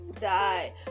die